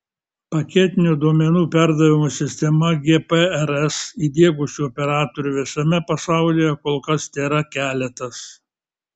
paketinio duomenų perdavimo sistemą gprs įdiegusių operatorių visame pasaulyje kol kas tėra keletas